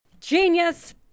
Genius